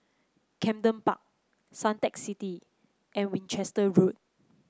Camden Park Suntec City and Winchester Road